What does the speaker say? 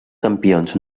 campions